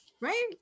right